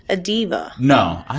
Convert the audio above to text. a diva? no,